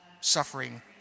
suffering